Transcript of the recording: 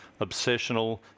obsessional